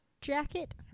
jacket